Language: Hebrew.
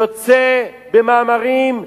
יוצא במאמרים,